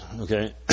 okay